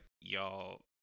y'all